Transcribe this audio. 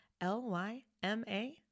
L-Y-M-A